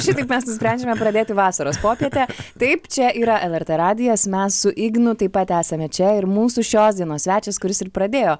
šitaip mes nusprendžiame pradėti vasaros popietę taip čia yra lrt radijas mes su ignu taip pat esame čia ir mūsų šios dienos svečias kuris ir pradėjo